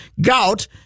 gout